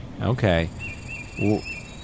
Okay